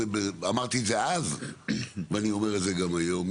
אמרתי את זה אז ואני אומר גם היום,